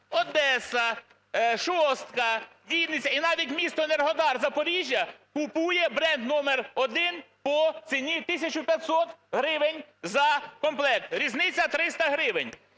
Одеса, Шостка, Вінниця, і навіть місто Енергодар, Запоріжжя купує бренд номер 1 по ціні 1 тисячу 500 гривень за комплект. Різниця 300 гривень.